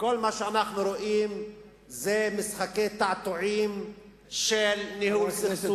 זה משחקי תעתועים של ניהול סכסוך,